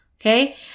okay